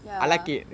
ya